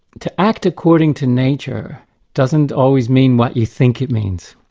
to act according to nature doesn't always mean what you think it means.